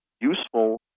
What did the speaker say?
useful